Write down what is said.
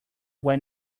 when